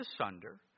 asunder